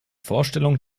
vorstellung